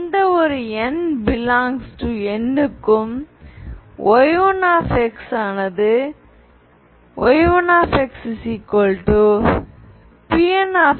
எந்த ஒரு n∈N க்கும் y1xPnxk0n2k